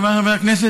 חבריי חברי הכנסת,